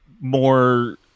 more